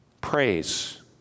Praise